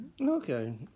Okay